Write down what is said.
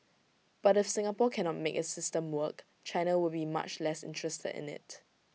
but if Singapore cannot make its system work China will be much less interested in IT